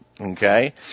Okay